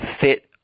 fit